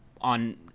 on